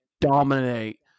dominate